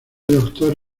doctor